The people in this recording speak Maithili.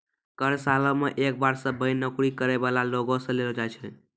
कर सालो मे एक बार सभ्भे नौकरी करै बाला लोगो से लेलो जाय छै